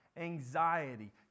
anxiety